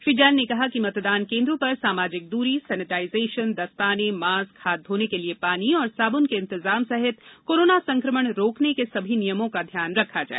श्री जैन ने कहा कि मतदान केन्द्रों पर सामाजिक दूरी सेनेटाइजेशन दस्ताने मास्क हाथ धोने के लिये पानी और साबुन के इंतजाम सहित कोरोना संक्रमण रोकेने के सभी नियमों का ध्यान रखा जाए